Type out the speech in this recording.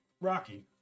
Rocky